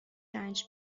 رنج